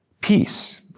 peace